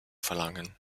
verlangen